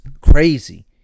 crazy